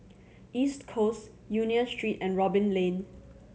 East Coast Union Street and Robin Lane